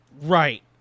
Right